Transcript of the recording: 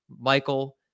Michael